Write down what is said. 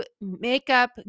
makeup